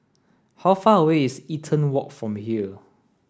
how far away is Eaton Walk from here